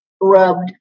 Rubbed